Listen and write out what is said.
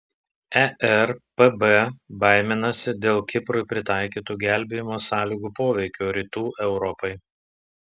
erpb baiminasi dėl kiprui pritaikytų gelbėjimo sąlygų poveikio rytų europai